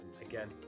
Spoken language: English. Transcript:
again